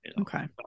Okay